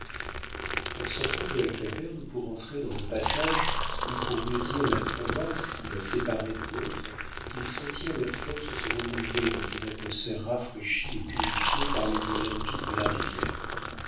en sortant de la caverne pour entrer dans le passage ou pour mieux dire la crevasse qui la séparait de l'autre ils sentirent leurs forces se renouveler dans une atmosphère rafraîchie et purifiée par les eaux limpides de la rivière